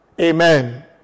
Amen